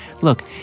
Look